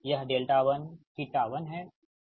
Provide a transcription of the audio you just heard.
यह δ1 θ1 है